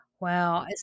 Wow